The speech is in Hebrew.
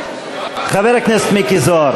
חבר הכנסת מיקי זוהר,